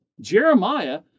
Jeremiah